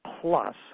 Plus